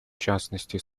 частности